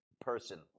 person